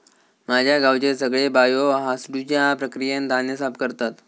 माझ्या गावचे सगळे बायो हासडुच्या प्रक्रियेन धान्य साफ करतत